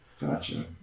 Gotcha